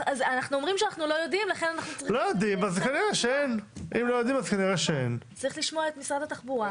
אנחנו אומרים שאנחנו לא יודעים ולכן צריך לשמוע את משרד התחבורה.